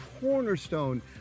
cornerstone